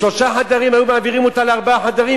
משלושה חדרים היו מעבירים אותה לארבעה חדרים,